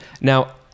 Now